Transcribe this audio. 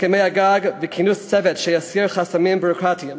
הסכמי הגג וכינוס צוות שיסיר חסמים ביורוקרטיים.